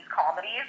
comedies